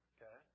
Okay